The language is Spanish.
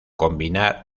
combinar